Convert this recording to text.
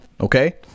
Okay